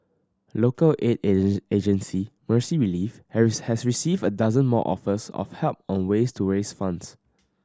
local aid agency Mercy Relief has received a dozen more offers of help on ways to raise funds